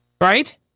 Right